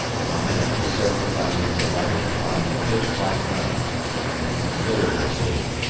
and on making the surface i was delighted to find a pitch-black night and a considerable sea.